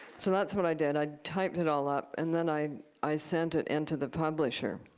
so that's what i did. i typed it all up. and then i i sent it into the publisher,